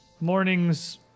morning's